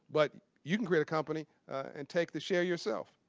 but you can create a company and take the share yourself.